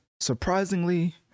surprisingly